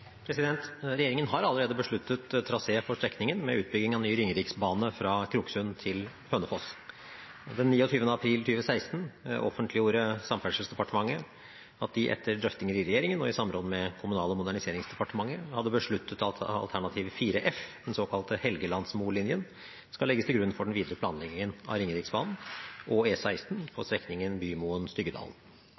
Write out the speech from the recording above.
Regjeringen har allerede besluttet trasé for strekningen med utbygging av ny Ringeriksbane fra Kroksund til Hønefoss. Den 29. april 2016 offentliggjorde Samferdselsdepartementet at de etter drøftinger i regjeringen og i samråd med Kommunal- og moderniseringsdepartementet hadde besluttet at alternativ 4f, den såkalte Helgelandsmolinja, skal legges til grunn for den videre planleggingen av Ringeriksbanen og E16 på strekningen